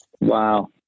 Wow